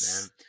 man